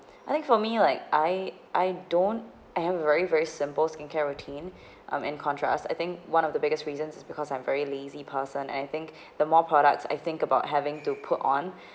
I think for me like I I don't I am very very simple skin care routine um in contrast I think one of the biggest reasons is because I'm very lazy person and I think the more products I think about having to put on